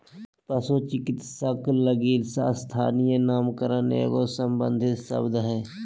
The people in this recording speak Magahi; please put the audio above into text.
पशु चिकित्सक लगी स्थानीय नामकरण एगो संरक्षित शब्द हइ